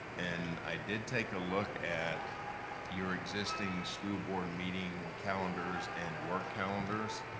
and i did take a look at your existing school board meeting calendars and work calendars.